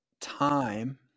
time